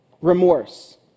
Remorse